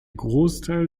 großteil